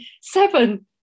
Seven